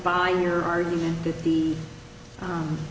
buy your argument that the